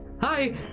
Hi